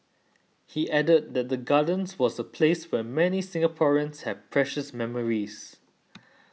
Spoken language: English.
he added that the Gardens was a place where many Singaporeans have precious memories